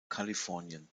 kalifornien